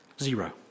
Zero